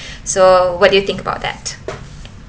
so what do you think about that